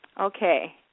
Okay